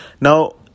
Now